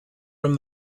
from